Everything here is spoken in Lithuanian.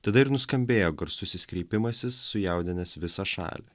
tada ir nuskambėjo garsusis kreipimasis sujaudinęs visą šalį